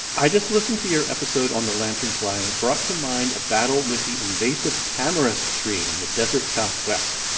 i just listened to your episode on the lanternfly, and it brought to mind a battle with the invasive tamarisk tree in and the desert southwest.